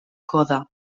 coda